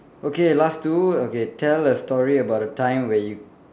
okay last two okay tell a story about a time where you